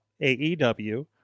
AEW